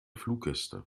fluggäste